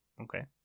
okay